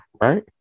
right